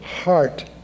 heart